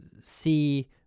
see